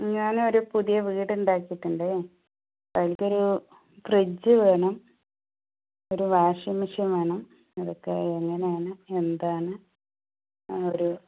ഞനൊരു പുതിയ വീടുണ്ടാക്കിയിട്ടുണ്ട് അപ്പോൾ അതിലേക്കൊരു ഫ്രഡ്ജുവേണം ഒരു വാഷിംഗ് മെഷീൻ വേണം അതൊക്കെ എങ്ങനെയാണു എന്താണ് ആ ഒരു